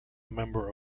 member